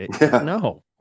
no